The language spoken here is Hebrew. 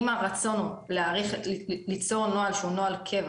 אם הרצון ליצור נוהל שהוא נוהל קבע